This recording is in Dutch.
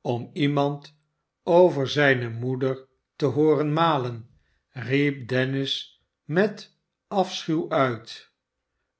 om iemand over zijne moeder te hooren malen riep dennis met afschuw uit